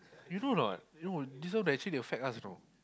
you know a not know this one the actually they will sack us you know